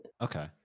Okay